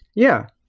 yeah.